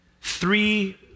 three